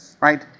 right